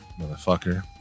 motherfucker